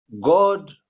God